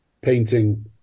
painting